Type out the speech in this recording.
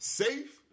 safe